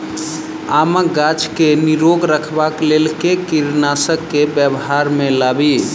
आमक गाछ केँ निरोग रखबाक लेल केँ कीड़ानासी केँ व्यवहार मे लाबी?